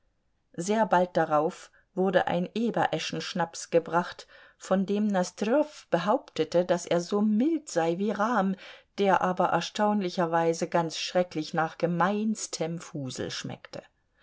sehr bald darauf wurde ein ebereschenschnaps gebracht von dem nosdrjow behauptete daß er so mild sei wie rahm der aber erstaunlicherweise ganz schrecklich nach gemeinstem fusel schmeckte